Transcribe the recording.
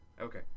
Okay